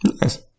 Nice